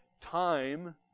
time